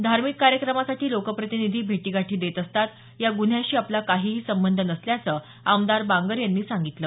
धार्मिक कार्यक्रमासाठी लोकप्रतिनिधी भेटीगाठी देत असतात या गुन्ह्याशी आपला काहीही संबंध नसल्याचं आमदार बांगर यांनी सांगितलं